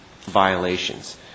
violations